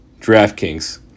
DraftKings